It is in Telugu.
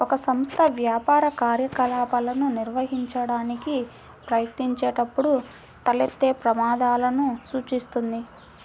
ఒక సంస్థ వ్యాపార కార్యకలాపాలను నిర్వహించడానికి ప్రయత్నించినప్పుడు తలెత్తే ప్రమాదాలను సూచిస్తుంది